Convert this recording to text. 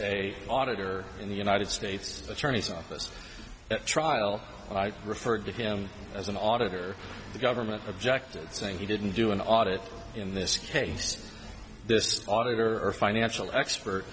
a auditor in the united states attorney's office at trial referred to him as an auditor the government objected saying he didn't do an audit in this case this auditor or financial expert